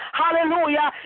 hallelujah